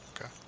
Okay